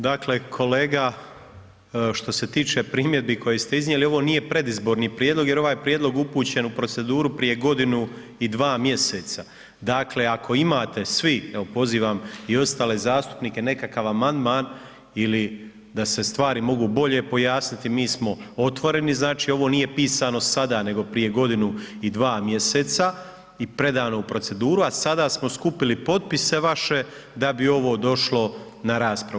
Dakle, kolega što se tiče primjedbi koje ste iznijeli ovo nije predizborni prijedlog jer je ovaj prijedlog upućen u proceduru prije godinu i dva mjeseca, dakle ako imate svi, evo pozivam i ostale zastupnike nekakav amandman ili da se stvari mogu bolje pojasniti mi smo otvoreni, znači ovo nije pisano sada nego prije godinu i dva mjeseca i predano u proceduru, a sada smo skupili potpise vaše da bi ovo došlo na raspravu.